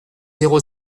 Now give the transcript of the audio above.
zéro